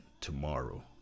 tomorrow